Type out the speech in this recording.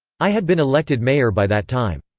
i had been elected mayor by that time.